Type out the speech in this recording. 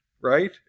right